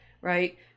right